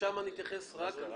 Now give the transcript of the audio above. ששם נתייחס רק להסדרה